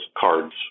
cards